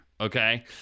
okay